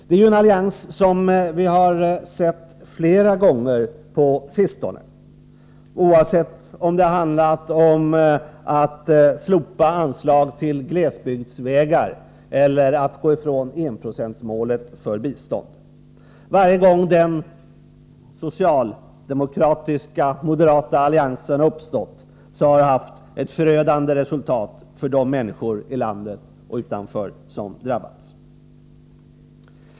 Det är en allians som vi har sett flera gånger på sistone — oavsett om det handlat om att slopa anslag till glesbygdsvägar eller att gå ifrån enprocentsmålet för bistånd. Varje gång den socialdemokratiska och moderata alliansen uppstått har det inneburit förödande resultat för de människor inom och utanför landet som drabbats.